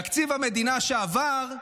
תקציב המדינה שעבר,